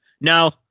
No